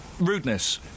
rudeness